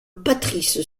patrice